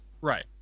Right